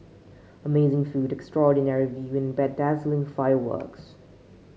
amazing food extraordinary view and bedazzling fireworks